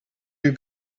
you